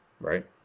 Right